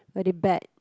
very bad